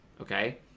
okay